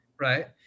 right